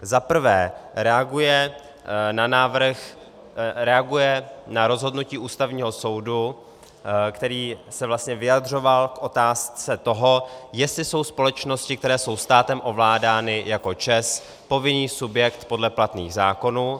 Za prvé reaguje na rozhodnutí Ústavního soudu, který se vyjadřoval k otázce toho, jestli jsou společnosti, které jsou státem ovládány jako ČEZ, povinný subjekt podle platných zákonů.